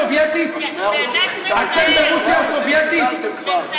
באמת, אתם ברוסיה הסובייטית, מצער, מצער,